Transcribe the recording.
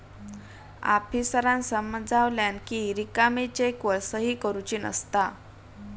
आफीसरांन समजावल्यानं कि रिकामी चेकवर सही करुची नसता